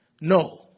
No